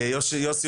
אוהד,